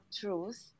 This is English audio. truth